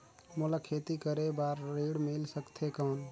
मोला खेती करे बार ऋण मिल सकथे कौन?